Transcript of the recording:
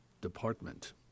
department